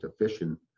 efficient